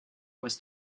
was